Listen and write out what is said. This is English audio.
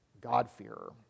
God-fearer